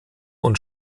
und